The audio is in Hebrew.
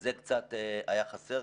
זה קצת היה חסר.